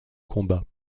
combat